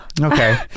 Okay